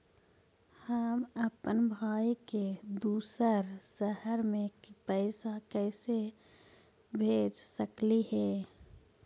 हम अप्पन भाई के दूसर शहर में पैसा कैसे भेज सकली हे?